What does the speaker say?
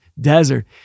Desert